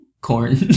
Corn